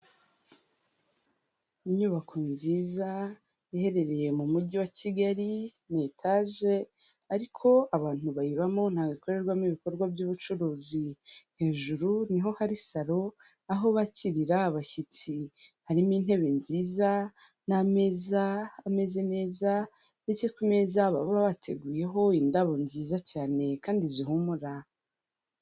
Inyubako nziza iherereye mu mujyi wa Kigali ni etaje ariko abantu bayibamo ntago ikorerwamo ibikorwa by'ubucuruzi, hejuru niho hari salo aho bakirira abashyitsi, harimo intebe nziza n'ameza ameze neza ndetse ku meza bahora bateguyeho indabo nziza cyane kandi zihumura.